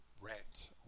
rent